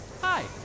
Hi